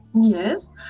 Yes